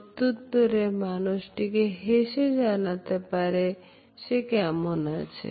প্রত্যুত্তরে মানুষটিকে হেসে জানাতে পারি সে কেমন আছে